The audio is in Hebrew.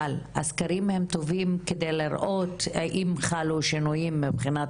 אבל הסקרים טובים על מנת לראות האם חלו שינויים מבחינת